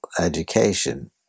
education